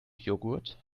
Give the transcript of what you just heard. joghurt